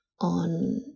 on